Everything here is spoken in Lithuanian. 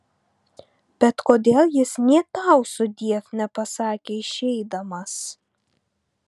bet kodėl jis nė tau sudiev nepasakė išeidamas